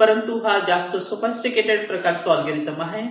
परंतु हा जास्त सोफिस्टिकेटेड प्रकारचा ऍलगोरिदम आहे